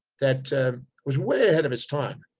that was way ahead of its time.